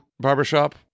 Barbershop